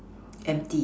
empty